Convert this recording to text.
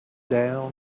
down